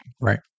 Right